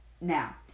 Now